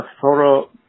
thorough